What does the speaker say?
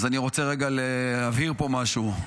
אני רוצה רגע להבהיר פה משהו: